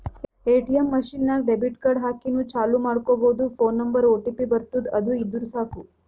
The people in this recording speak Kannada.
ಎ.ಟಿ.ಎಮ್ ಮಷಿನ್ ನಾಗ್ ಡೆಬಿಟ್ ಕಾರ್ಡ್ ಹಾಕಿನೂ ಚಾಲೂ ಮಾಡ್ಕೊಬೋದು ಫೋನ್ ನಂಬರ್ಗ್ ಒಟಿಪಿ ಬರ್ತುದ್ ಅದು ಇದ್ದುರ್ ಸಾಕು